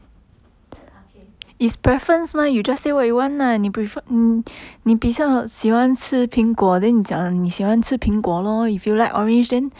okay